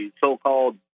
so-called